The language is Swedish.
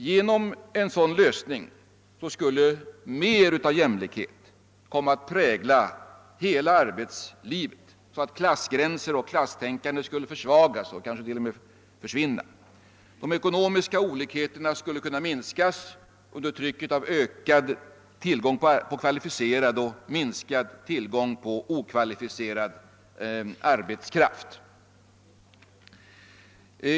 Genom en sådan lösning skulle mera jämlikhet komma att prägla hela arbetslivet, så att klassgränser och klasstänkande skulle försvagas och kanske till och med försvinna. De ekonomiska olikheterna skulle kunna minskas under trycket av ökad tillgång till kvalificerad och minskad tillgång till okvalificerad arbetskraft.